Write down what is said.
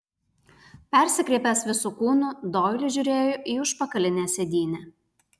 persikreipęs visu kūnu doilis žiūrėjo į užpakalinę sėdynę